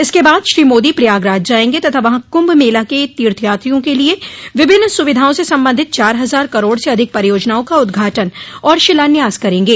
इसके बाद श्री मोदी प्रयागराज जायेंगे तथा वहां कुंभ मेला के तीर्थयात्रियों के लिये विभिन्न सुविधाओं से संबंधित चार हजार करोड़ से अधिक परियोजनाओं का उद्घाटन और शिलान्यास करेंगे